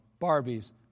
Barbies